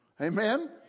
Amen